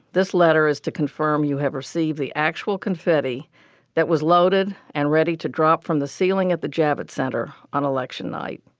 this letter is to confirm you have received the actual confetti that was loaded and ready to drop from the ceiling at the javits center on election night